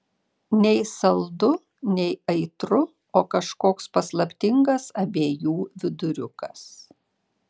nei saldu nei aitru o kažkoks paslaptingas abiejų viduriukas